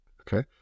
Okay